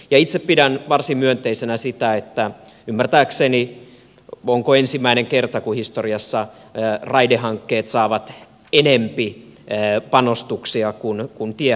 itse pidän sitä varsin myönteisenä ja ymmärtääkseni tämä on historiassa ensimmäinen kerta kun raidehankkeet saavat enempi panostuksia kuin tiehankkeet